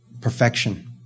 Perfection